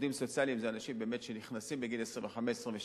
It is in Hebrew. עובדים סוציאליים זה אנשים שנכנסים בגיל 25 26,